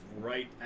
right